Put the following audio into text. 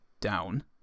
down